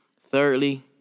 Thirdly